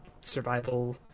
survival